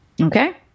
Okay